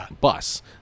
bus